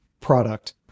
product